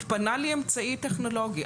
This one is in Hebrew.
התפנה לי אמצעי טכנולוגי.